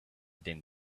din